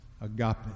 agape